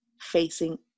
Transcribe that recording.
facing